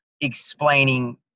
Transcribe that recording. explaining